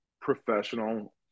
professional